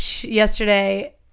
yesterday